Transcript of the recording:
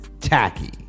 Tacky